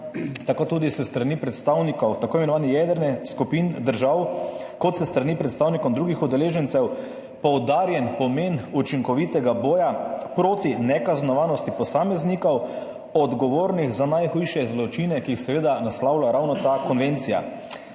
tako s strani predstavnikov tako imenovane jedrne skupine držav kot s strani predstavnikov drugih udeležencev poudarjen pomen učinkovitega boja proti nekaznovanosti posameznikov, odgovornih za najhujše zločine, ki jih seveda naslavlja ravno ta konvencija.